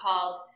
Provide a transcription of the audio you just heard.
called